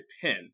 pin